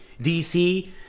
DC